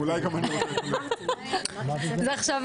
סליחה,